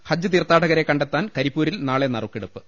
ഹജ്ജ് തീർത്ഥാടകരെ കണ്ടെത്താൻ കരിപ്പൂരിൽ നാളെ നറു ക്കെടുപ്പ്